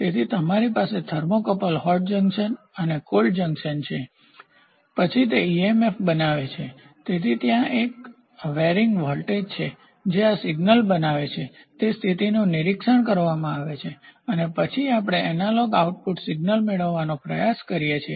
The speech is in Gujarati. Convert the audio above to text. તેથી તમારી પાસે થર્મોકપલ હોટ જંકશન અને કોલ્ડ જંકશન છે પછી તે ઇએમએફ બનાવે છે તેથી ત્યાં એક વેરીંગવોલ્ટેજ છે જે આ સિગ્નલ બનાવે છે તે સ્થિતિનું નિરીક્ષણ કરવામાં આવે છે અને પછી આપણે એનાલોગ આઉટપુટ સિગ્નલ મેળવવાનો પ્રયાસ કરીએ છીએ